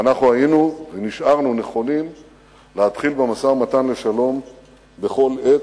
ואנחנו היינו ונשארנו נכונים להתחיל במשא-ומתן לשלום בכל עת,